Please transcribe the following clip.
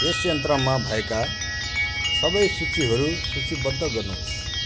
यस यन्त्रमा भएका सबै सूचीहरू सूचीबद्ध गर्नुहोस्